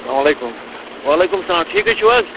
السلامُ علیکُم وعلیکُم السلام ٹھیٖکٕے چھُو حظ